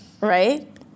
right